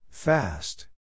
Fast